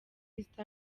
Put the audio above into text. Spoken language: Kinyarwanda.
east